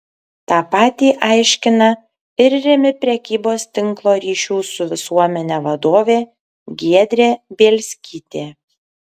tą patį aiškina ir rimi prekybos tinklo ryšių su visuomene vadovė giedrė bielskytė